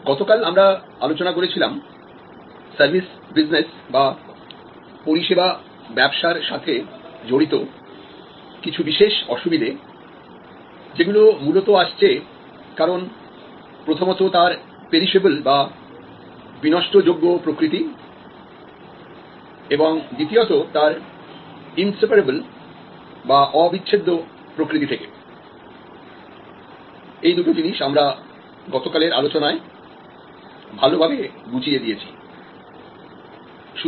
গতকাল আমরা আলোচনা করেছিলাম সার্ভিস বিজনেসসাথে জড়িত কিছু বিশেষ অসুবিধে যেগুলো মূলত আসছে কারণ প্রথমত তার পেরিশবলপ্রকৃতি এবং দ্বিতীয়তঃ তার ইন্সেপারাবল প্রকৃতি থেকে এই দুটো জিনিস আমরা গতকালের আলোচনায় ভালোভাবে বুঝিয়ে দিয়েছি